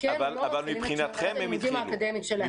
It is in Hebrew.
יכולים להתחיל את הלימודים האקדמיים שלהם.